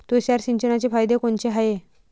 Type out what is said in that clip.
तुषार सिंचनाचे फायदे कोनचे हाये?